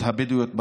הבדואיות בדרום.